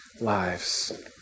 lives